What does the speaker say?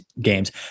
games